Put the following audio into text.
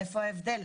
איפה ההבדל?